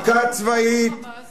מכה צבאית